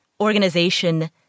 organization